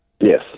Yes